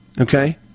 okay